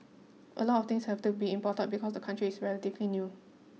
a lot of things have to be imported because the country is relatively new